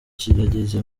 kirageze